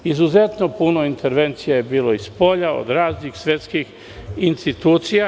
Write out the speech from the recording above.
Izuzetno puno intervencija je bilo i spolja od raznih svetskih institucija.